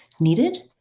needed